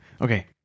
Okay